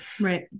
right